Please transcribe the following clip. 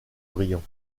briand